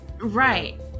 Right